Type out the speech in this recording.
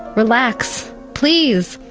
relax. please.